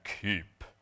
keep